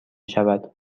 شود